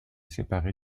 séparé